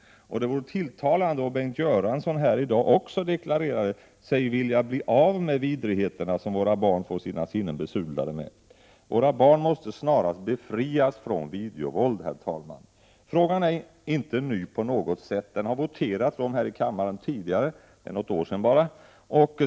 Det vore tilltalande om Bengt Göransson nu också deklarerade att han vill bli av med de vidrigheter som våra barn får sina sinnen besudlade med. Våra barn måste, herr talman, med det snaraste befrias från videovåldet. Frågan är inte ny på något sätt. Det har voterats om den här i kammaren för några år sedan bara.